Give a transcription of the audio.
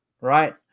right